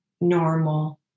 normal